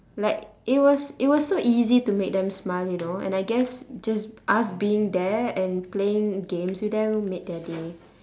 like it was it was so easy to make them smile you know and I guess just us being there and playing games with them made their day